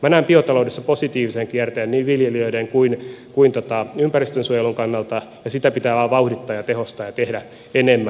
minä näen biotaloudessa positiivisen kierteen niin viljelijöiden kuin ympäristönsuojelun kannalta ja sitä pitää vain vauhdittaa ja tehostaa ja tehdä enemmän